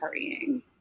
partying